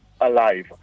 Alive